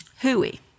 hooey